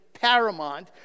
Paramount